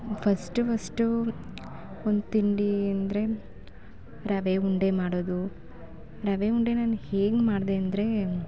first first ಒಂದು ತಿಂಡಿ ಅಂದರೆ ರವೆ ಉಂಡೆ ಮಾಡೋದು ರವೆ ಉಂಡೆ ನಾನು ಹೇಗೆ ಮಾಡಿದೆ ಅಂದರೆ